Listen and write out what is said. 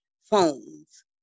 phones